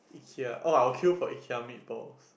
here oh I will queue for Ikea meat balls